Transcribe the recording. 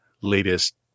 latest